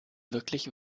wirklich